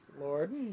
Lord